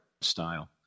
style